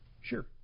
sure